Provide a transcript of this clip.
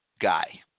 guy